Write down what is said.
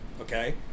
okay